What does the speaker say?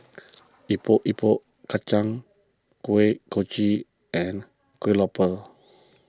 Epok Epok Kentang Kuih Kochi and Kueh Lopes